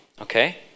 okay